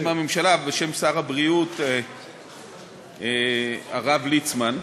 בשם הממשלה ובשם שר הבריאות הרב ליצמן: